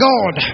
God